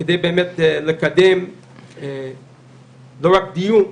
כדי באמת לקדם לא רק דיון,